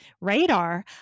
radar